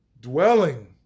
dwelling